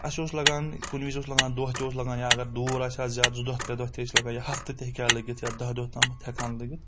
اَسہِ اوس لَگان کُنہِ وِز اوس لَگان دۄہ تہِ اوس لَگان یا اگر دوٗر آسہِ ہا زیادٕ زٕ دۄہ ترٛےٚ دۄہ تہِ ٲسۍ لگان یا ہفتہٕ تہِ ہیٚکیا لٔگِتھ یا دَہ دۄہ تامَتھ ہؠکہٕ ہا لٔگِتھ